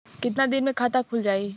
कितना दिन मे खाता खुल जाई?